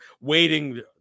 waiting